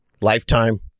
Lifetime